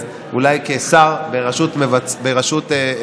אז אולי כשר ברשות מבצעת,